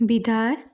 भिधार